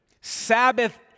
Sabbath